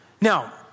Now